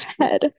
head